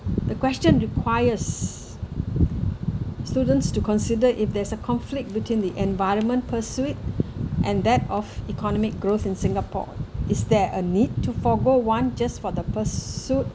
the question requires students to consider if there's a conflict between the environment pursuit and that of economic growth in singapore is there a need to forgo one just for the pursuit